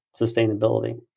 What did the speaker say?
sustainability